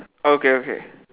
okay okay